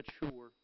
mature